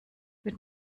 mit